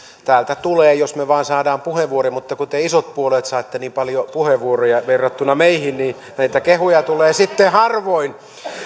täältä tulee jos me vain saamme puheenvuoroja mutta kun te isot puolueet saatte niin paljon puheenvuoroja verrattuna meihin niin näitä kehuja tulee sitten harvoin